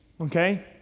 Okay